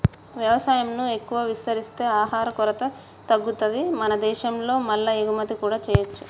వ్యవసాయం ను ఎక్కువ విస్తరిస్తే ఆహార కొరత తగ్గుతది మన దేశం లో మల్ల ఎగుమతి కూడా చేయొచ్చు